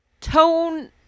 tone